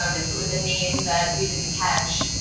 um if it was a name that we didn't catch,